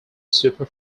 super